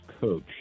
coach